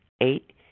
Eight